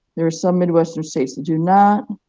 there are some midwestern states that do not.